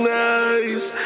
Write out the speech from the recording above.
nice